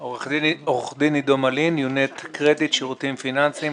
אני עורך דין, "יונט קרדיט" שירותים פיננסיים.